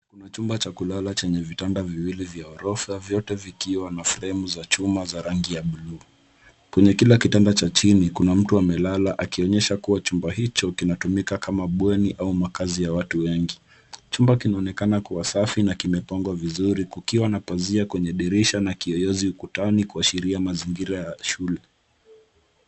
Kuna chumba cha kulala chenye vitanda viwili vya ghorofa vyote vikiwa na fremu za chuma za rangi bluu. Kwenye kila kitanda cha chini kuna mtu amelala akionyesha kuwa chumba hicho ndio kinatumika kama bweni au makaazi ya watu wengi. Chumba kinaonekana kuwa safi na kimepangwa vizuri kukiwa na pazia kwenye dirisha na kiyoyozi dirishani kuashiria mazingira ya shule.